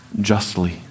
justly